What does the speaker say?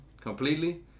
completely